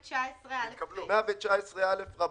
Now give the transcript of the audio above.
119א(ב)